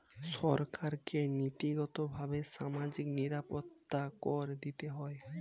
সরকারকে নীতিগতভাবে সামাজিক নিরাপত্তা কর দিতে হয়